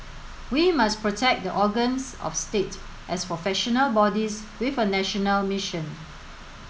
we must protect the organs of state as professional bodies with a national mission